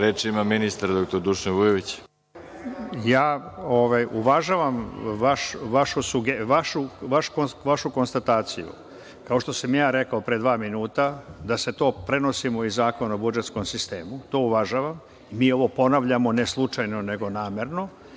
Reč ima ministar dr Dušan Vujović. **Dušan Vujović** Uvažavam vašu konstataciju. Kao što sam ja rekao pre dva minuta da se to prenosi iz Zakona o budžetskom sistemu, to uvažavam. Mi ovo ponavljamo ne slučajno, nego namerno.